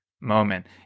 moment